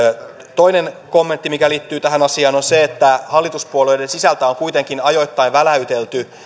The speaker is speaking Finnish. toinen kommentti mikä liittyy tähän asiaan on se että hallituspuolueiden sisältä on kuitenkin ajoittain väläytelty